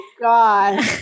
god